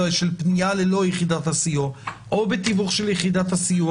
של פנייה ללא יחידת הסיוע או בתיווך של יחידת הסיוע.